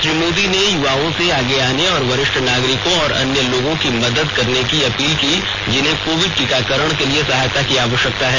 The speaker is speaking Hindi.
श्री मोदी ने युवाओं से आगे आने और वरिष्ठ नागरिकों और अन्य लोगों की मदद करने की अपील की जिन्हें कोविड टीकाकरण के लिए सहायता की आवश्यकता है